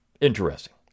Interesting